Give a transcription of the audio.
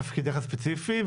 את תפקידך הספציפי,